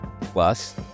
Plus